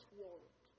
world